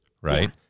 right